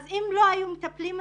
אם היו מטפלים,